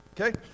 Okay